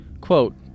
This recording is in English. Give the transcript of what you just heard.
Quote